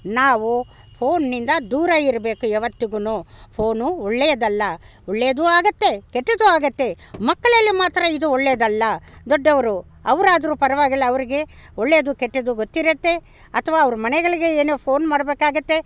ನಾವು ಫೋನ್ನಿಂದ ದೂರ ಇರಬೇಕು ಯಾವತ್ತಿಗೂ ಫೋನು ಒಳ್ಳೆಯದಲ್ಲ ಒಳ್ಳೇದು ಆಗುತ್ತೆ ಕೆಟ್ಟದ್ದು ಆಗುತ್ತೆ ಮಕ್ಳಲ್ಲಿ ಮಾತ್ರ ಇದು ಒಳ್ಳೆದಲ್ಲ ದೊಡ್ಡವರು ಅವ್ರು ಆದರು ಪರವಾಗಿಲ್ಲ ಅವರಿಗೆ ಒಳ್ಳೇದು ಕೆಟ್ಟದ್ದು ಗೊತ್ತಿರುತ್ತೆ ಅಥವಾ ಅವರು ಮನೆಗಳಿಗೆ ಏನೋ ಫೋನ್ ಮಾಡಬೇಕಾಗುತ್ತೆ